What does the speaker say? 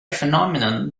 phenomenon